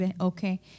Okay